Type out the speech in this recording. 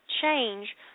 change